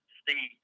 see